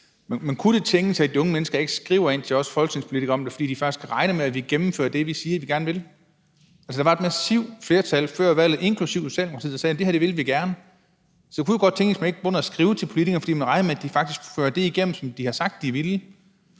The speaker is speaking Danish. Men kunne det tænkes, at de unge mennesker ikke skriver ind til os folketingspolitikere om det, fordi de faktisk regner med, at vi gennemfører det, vi siger vi gerne vil? Der var et massivt flertal før valget, inklusive Socialdemokratiet, der sagde: Det her vil vi gerne. Så det kunne jo godt tænkes, at man ikke begynder at skrive til politikerne, fordi man regner med, at de faktisk fører det igennem, som de har sagt de ville.